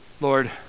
Lord